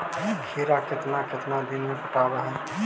खिरा केतना केतना दिन में पटैबए है?